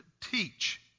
teach